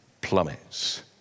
plummets